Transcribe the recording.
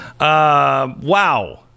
Wow